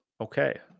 okay